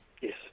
Yes